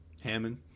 Hammond